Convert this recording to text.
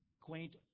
quaint